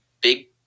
big